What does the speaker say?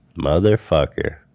motherfucker